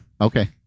Okay